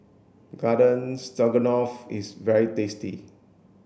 Garden Stroganoff is very tasty